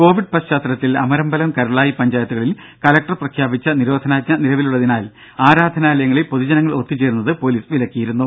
Covid പശ്ചാത്തലത്തിൽ അമരമ്പലം കരുളായി പഞ്ചായത്തുകളിൽ collector പ്രഖ്യാപിച്ച നിരോധനാജ്ഞ നിലവിലുള്ളതിനാൽ ആരാധനാലയങ്ങളിൽ പൊതുജനങ്ങൾ ഒത്തുചേരുന്നത് പൊലീസ് വിലക്കിയിരുന്നു